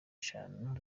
eshanu